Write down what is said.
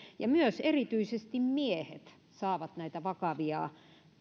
ja myös erityisesti miehet saavat näitä vakavia